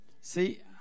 See